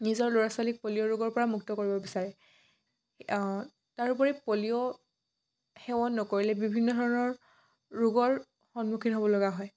নিজৰ ল'ৰা ছোৱালীক পলিঅ' ৰোগৰ পৰা মুক্ত কৰিব বিচাৰে তাৰোপৰি পলিঅ' সেৱন নকৰিলে বিভিন্ন ধৰণৰ ৰোগৰ সন্মুখীন হ'বলগা হয়